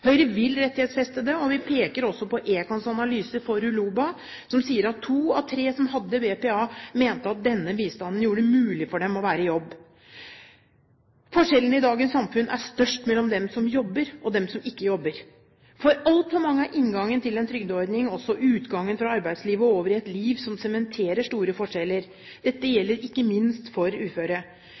Høyre vil rettighetsfeste det, og vi peker også på Econs analyse for ULOBA, som sier at to av tre som hadde BPA, mente at denne bistanden gjorde det mulig for dem å være i jobb. Forskjellene i dagens samfunn er størst mellom dem som jobber, og dem som ikke jobber. For altfor mange er inngangen til en trygdeordning også utgangen fra arbeidslivet og over i et liv som sementerer store forskjeller. Dette gjelder ikke minst for uføre.